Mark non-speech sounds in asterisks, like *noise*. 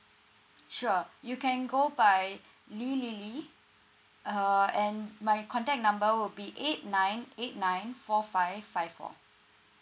sure you can go by *breath* li li li (uh huh) and my contact number will be eight nine eight nine four five five four